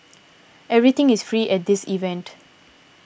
everything is free at this event